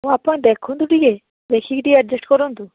ହଁ ଆପଣ ଦେଖନ୍ତୁ ଟିକିଏ ଦେଖିକି ଟିକିଏ ଆଡ଼ଜେଷ୍ଟ କରନ୍ତୁ